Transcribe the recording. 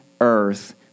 earth